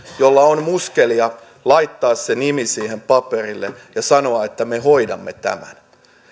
sillä on muskelia laittaa se nimi siihen paperille ja sanoa että me hoidamme tämän